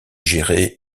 géré